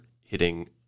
hitting